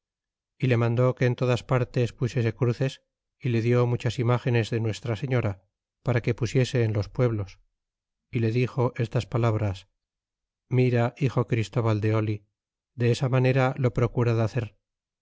y le mandó que en todas partes pusiese cruces y le di muchas imágenes de nuestra señora para que pusiese en los pueblos y le dixo estas palabras mira hijo christóbal de de esa manera lo procurad hacer